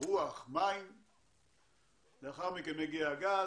כולל רבים שהתייחסו כאן,